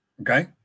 Okay